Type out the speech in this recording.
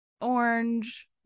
orange